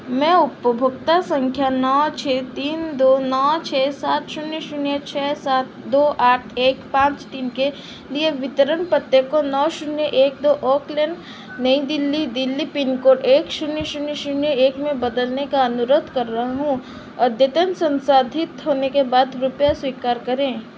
मैं उपभोक्ता संख्या नौ छः तीन दो नौ छः सात शून्य शून्य छः सात दो आठ एक पाँच तीन के लिए वितरण पते को नौ शून्य एक दो oak lane New Delhi Delhi pin code एक शून्य शून्य शून्य एक में बदलने का अनुरोध कर रहा हूँ अद्यतन संसाधित होने के बाद कृपया स्वीकार करें